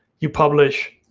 you publish,